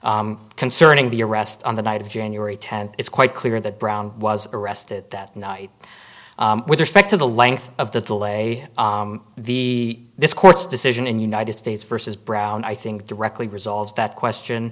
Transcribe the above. evidence concerning the arrest on the night of january tenth it's quite clear that brown was arrested that night with respect to the length of the delay the this court's decision in united states versus brown i think directly resolved that question